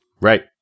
right